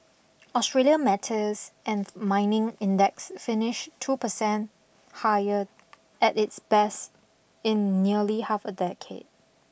Australia metals and mining index finished two percent higher at its best in nearly half a decade